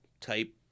type